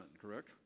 correct